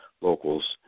locals